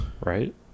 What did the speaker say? Right